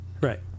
Right